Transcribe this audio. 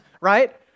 right